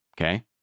Okay